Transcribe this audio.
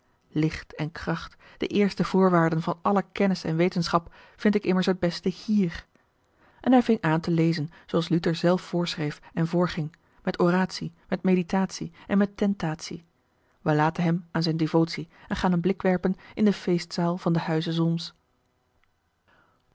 licht en kracht de eerste voorwaarden van alle kennis en wetenschap vind ik immers het beste hier en hij ving aan te lezen zooals luther zelf voorschreef en voorging met oratie met meditatie en met tentatie wij laten hem aan zijne devotie en gaan een blik werpen in de feestzaal van den huize solms